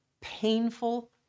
painful